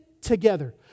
together